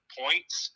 points